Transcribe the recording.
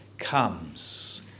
Comes